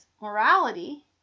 morality